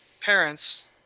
parents